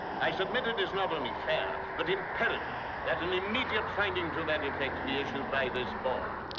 i submit it is not only fair, but imperative, that an immediate finding to that effect be issued by this board.